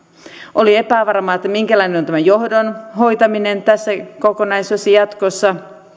oli epävarmaa minkälainen on tämä johdon hoitaminen tässä kokonaisuudessa jatkossa